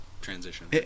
Transition